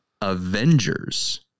Avengers